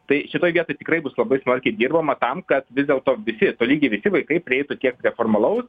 tai šitoj vietoj tikrai bus labai smarkiai dirbama tam kad vis dėlto visi tolygiai visi vaikai prieitų tiek neformalaus